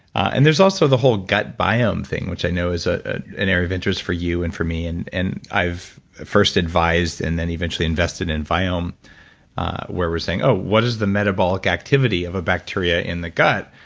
and there's also the whole gut biome thing, which i know is ah ah an area of interest for you and for me. and and i've first advised and then eventually invested invested in viome where we're saying, ah what is the metabolic activity of a bacteria in the gut?